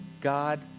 God